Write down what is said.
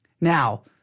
Now